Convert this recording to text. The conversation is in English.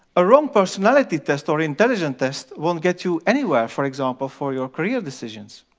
a wrong personality test or intelligence test won't get you anywhere, for example, for your career decisions.